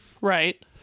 right